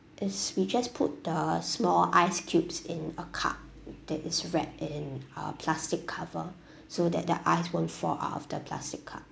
is we just put the small ice cubes in a cup that is wrapped in uh plastic cover so that the ice won't fall out of the plastic cup